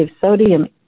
sodium